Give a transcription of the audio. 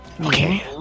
Okay